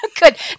Good